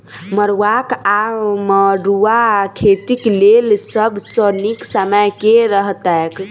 मरुआक वा मड़ुआ खेतीक लेल सब सऽ नीक समय केँ रहतैक?